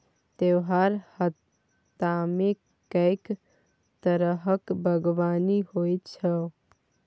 तोहर हातामे कैक तरहक बागवानी होए छौ